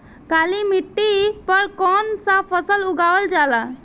काली मिट्टी पर कौन सा फ़सल उगावल जाला?